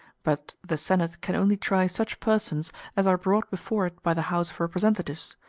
but the senate can only try such persons as are brought before it by the house of representatives,